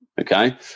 okay